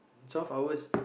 twelve hours